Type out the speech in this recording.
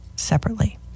separately